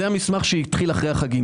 זה המסמך שהוגש אחרי החגים.